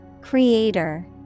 Creator